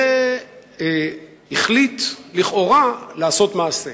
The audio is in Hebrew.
והחליט לכאורה לעשות מעשה.